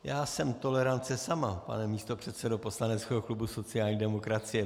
Já jsem tolerance sama, pane místopředsedo poslaneckého klubu sociální demokracie.